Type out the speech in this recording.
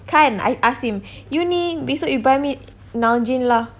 kan I ask him you ini besok you buy me Nalgene lah